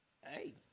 hey